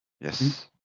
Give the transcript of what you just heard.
Yes